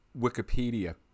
Wikipedia